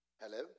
Hello